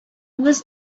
was